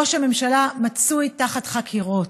ראש הממשלה מצוי תחת חקירות,